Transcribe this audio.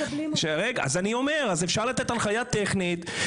אפשר לתת הנחיה טכנית.